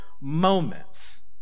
moments